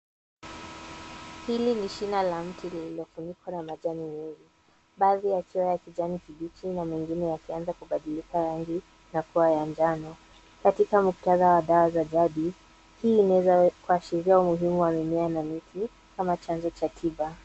Hili ni shina la mti lililofunikwa na majani mengi baadhi yakiwa ya kijani kibichi na mengine yakianza kubadilika rangi na kuwa ya njano. Katika muktadha wa dawa za jadi hii inaweza kuashiria umuhimu wa mimea na miti kama chanzo cha tiba.